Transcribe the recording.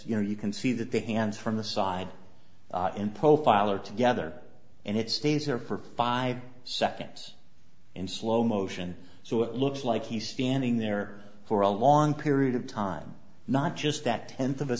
you know you can see that the hands from the side in popal are together and it stays there for five seconds in slow motion so it looks like he's standing there for a long period of time not just that tenth of a